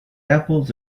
apples